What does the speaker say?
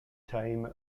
time